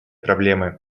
проблемы